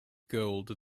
gold